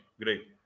great